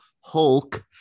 hulk